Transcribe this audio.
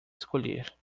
escolher